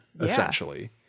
essentially